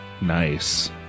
Nice